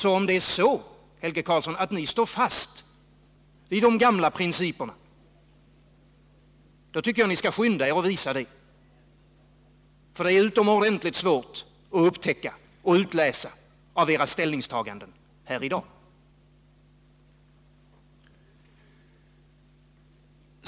Om det alltså är så, Helge Karlsson, att ni står fast vid de gamla principerna, då tycker jag att ni skall skynda er att visa det, för det är utomordentligt svårt att upptäcka och utläsa det av era ställningstaganden här i dag.